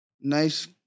nice